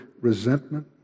resentment